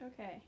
Okay